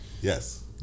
Yes